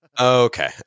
Okay